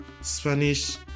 Spanish